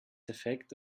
defekt